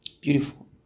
beautiful